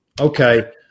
okay